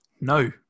no